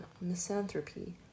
misanthropy